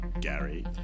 Gary